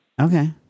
Okay